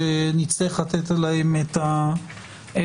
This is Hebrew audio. שנצטרך לתת עליהן את הדעת.